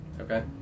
Okay